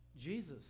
Jesus